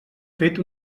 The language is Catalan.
fet